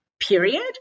period